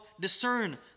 discern